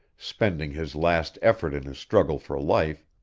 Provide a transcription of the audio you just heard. spending his last effort in his struggle for life,